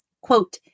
quote